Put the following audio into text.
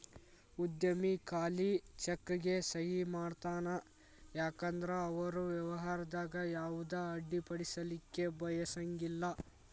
ಉದ್ಯಮಿ ಖಾಲಿ ಚೆಕ್ಗೆ ಸಹಿ ಮಾಡತಾನ ಯಾಕಂದ್ರ ಅವರು ವ್ಯವಹಾರದಾಗ ಯಾವುದ ಅಡ್ಡಿಪಡಿಸಲಿಕ್ಕೆ ಬಯಸಂಗಿಲ್ಲಾ